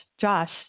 Josh